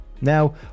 Now